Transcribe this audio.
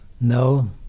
No